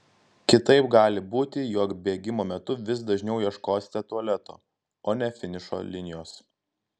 kitaip gali būti jog bėgimo metu vis dažniau ieškosite tualeto o ne finišo linijos